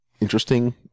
interesting